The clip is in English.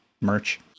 merch